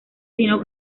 sino